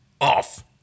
Off